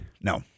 No